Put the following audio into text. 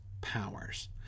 powers